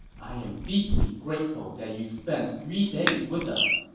i'm deeply grateful that you spent three days with us.